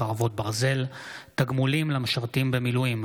חרבות ברזל) (תגמולים למשרתים במילואים),